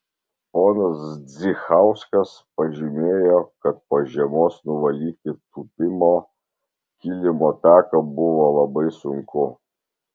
ponas zdzichauskas pažymėjo kad po žiemos nuvalyti tūpimo kilimo taką buvo labai sunku